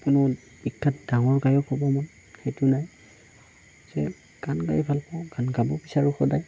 কোনো বিখ্যাত ডাঙৰ গায়ক হ'ব মন সেইটো নাই যে গান গাই ভালপাওঁ গান গাব বিচাৰোঁ সদায়